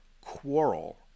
quarrel